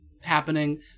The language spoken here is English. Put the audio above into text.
happening